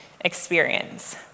experience